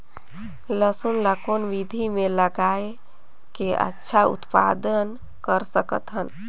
लसुन ल कौन विधि मे लगाय के अच्छा उत्पादन कर सकत हन?